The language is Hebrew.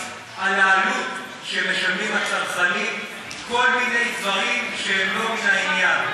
על העלות שמשלמים הצרכנים כל מיני דברים שהם לא מן העניין,